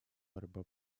борьба